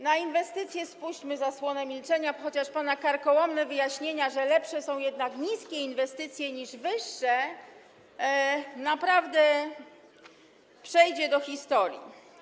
Na inwestycje spuśćmy zasłonę milczenia, chociaż pana karkołomne wyjaśnienia, że lepsze są jednak niskie inwestycje niż wyższe, naprawdę przejdą do historii.